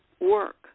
work